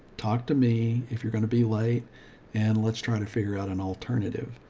talk to me if you're going to be late and let's try to figure out an alternative.